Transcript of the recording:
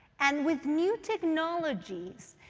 and with new technologies,